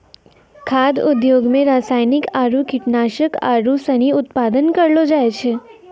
खाद्य उद्योग मे रासायनिक आरु कीटनाशक आरू सनी उत्पादन करलो जाय छै